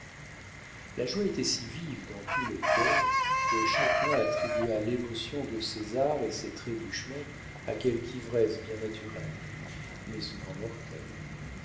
la joie était si vive dans tous les cœurs que chacun attribua l'émotion de césar et ses trébuchements à quelque ivresse bien naturelle mais souvent mortelle